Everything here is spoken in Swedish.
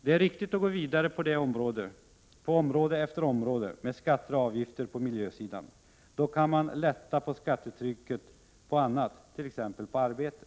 Det är riktigt att gå vidare på område efter område med skatter och avgifter på miljösidan. Då kan man lätta på skattetrycket på annat, t.ex. på arbete.